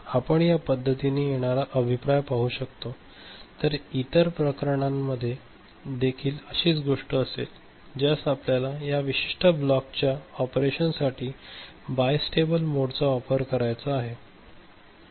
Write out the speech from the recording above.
आपण या पद्धतीने येणारा अभिप्राय पाहू शकतो तर इतर प्रकरणांमध्ये देखील अशीच गोष्ट असेल ज्यास आपल्याला या विशिष्ट ब्लॉकच्या ऑपरेशनसाठी बायस्टेबल मोड चा वापर करायचा आहे